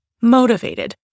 motivated